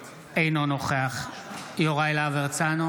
אינו נוכח רון כץ, אינו נוכח יוראי להב הרצנו,